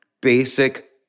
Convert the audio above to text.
basic